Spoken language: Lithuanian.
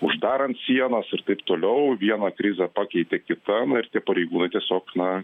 uždarant sienas ir taip toliau vieną krizę pakeitė kita na ir tie pareigūnai tiesiog na